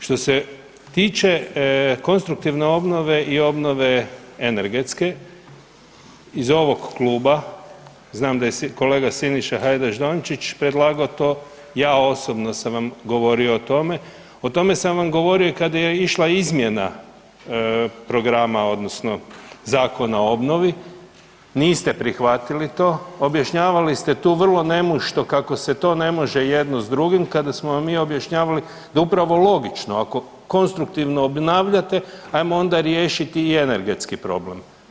Što se tiče konstruktivne obnove i obnove energetske, iz ovog kluba znam da je kolega Siniša Hajdaš Dončić predlagao to, ja osobno sam vam govorio o tome, o tome sam vam govorio i kad je išla izmjena programa odnosno Zakona o obnovi, niste prihvatili to, objašnjavali ste tu vrlo nemušto kako se to ne može jedno s drugim, kada smo vam mi objašnjavali da upravo logično, ako konstruktivno obnavljate, ajmo onda riješiti i energetski problem.